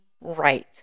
right